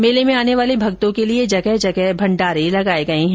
मेले में आने वाले भक्तों के लिए जगह जगह भण्डारे लगाये गये हैं